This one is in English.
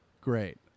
great